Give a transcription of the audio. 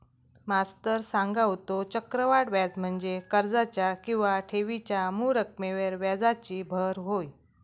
मास्तर सांगा होतो, चक्रवाढ व्याज म्हणजे कर्जाच्या किंवा ठेवीच्या मूळ रकमेवर व्याजाची भर होय